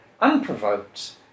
unprovoked